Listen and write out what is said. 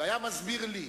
והיה מסביר לי: